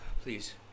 Please